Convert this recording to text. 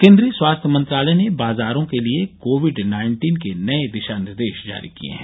केन्द्रीय स्वास्थ्य मंत्रालय ने बाजारों के लिए कोविड नाइन्टीन के नए दिशा निर्देश जारी किए है